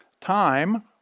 time